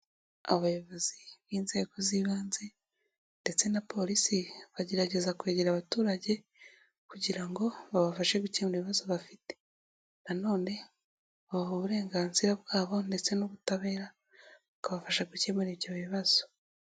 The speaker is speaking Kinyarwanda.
Abayobozi b'inzego z'ibanze ndetse na polisi bagerageza kwegera abaturage kugira ngo babafashe gukemura ibibazo bafite, nano babaha uburenganzira bwabo ndetse n'ubutabera, bukabafasha gukemura ibyo bibazo.